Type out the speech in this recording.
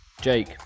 Jake